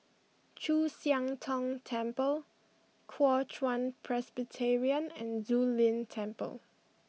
Chu Siang Tong Temple Kuo Chuan Presbyterian and Zu Lin Temple